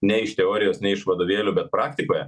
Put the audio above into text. ne iš teorijos ne iš vadovėlių bet praktikoje